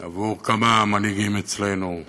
עבור כמה מנהיגים אצלנו,